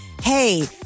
Hey